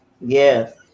Yes